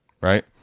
right